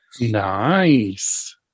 Nice